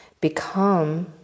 become